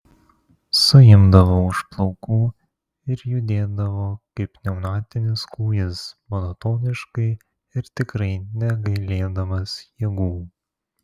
suimdavo už plaukų ir judėdavo kaip pneumatinis kūjis monotoniškai ir tikrai negailėdamas jėgų